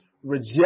reject